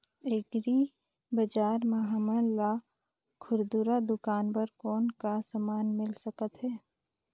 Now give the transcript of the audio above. Agri बजार म हमन ला खुरदुरा दुकान बर कौन का समान मिल सकत हे?